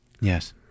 Yes